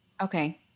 Okay